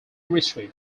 retreat